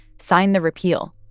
signed the repeal.